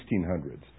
1600s